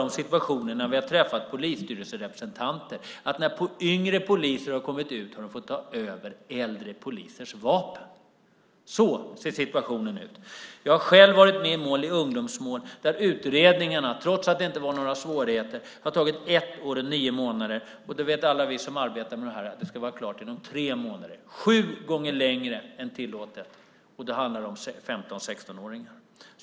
Vi har också när vi träffat polisstyrelserepresentanter fått höra att yngre poliser som kommit ut i jobb har fått ta över äldre polisers vapen. Sådan är situationen! Jag har själv varit med i ungdomsmål där utredningarna trots att det inte var några svårigheter tagit ett år och nio månader. Alla vi som arbetar med sådant här vet att det ska vara klart inom tre månader. Sju gånger längre tid än tillåtet har det alltså tagit. Dessutom handlar det om 15-16-åringar!